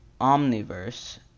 Omniverse